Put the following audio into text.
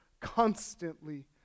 constantly